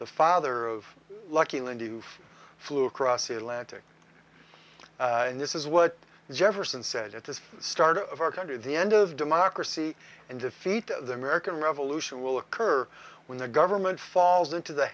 the father of lucky and you flew across the atlantic and this is what jefferson said at the start of our country the end of democracy and defeat of the american revolution will occur when the government falls into the